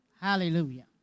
Hallelujah